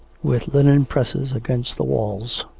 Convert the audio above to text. with linen presses against the walls.